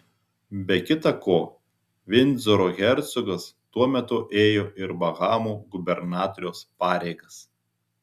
be kita ko vindzoro hercogas tuo metu ėjo ir bahamų gubernatoriaus pareigas